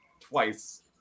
twice